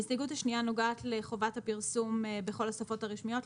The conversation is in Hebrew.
ההסתייגות השנייה נוגעת לחובת הפרסום בכל השפות הרשמיות,